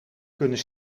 kunnen